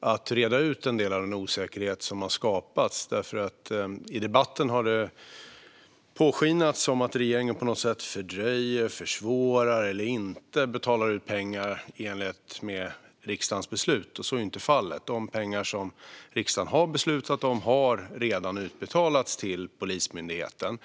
att reda ut en del av den osäkerhet som har skapats. I debatten har man låtit påskina att regeringen på något sätt fördröjer, försvårar eller inte betalar ut pengar i enlighet med riksdagens beslut. Så är inte fallet. De pengar som riksdagen har beslutat om har redan utbetalats till Polismyndigheten.